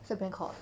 在 bangkok